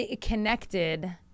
connected